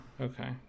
okay